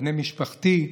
לבני משפחתי,